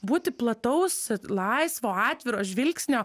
būti plataus laisvo atviro žvilgsnio